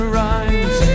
rhymes